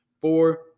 four